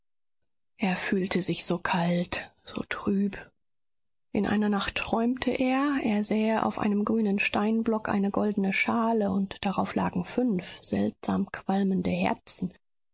er fühlte sich so kalt so trüb in einer nacht träumte er er sähe auf einem grünen steinblock eine goldene schale und darauf lagen fünf seltsam qualmende herzen